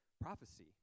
prophecy